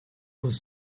could